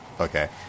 Okay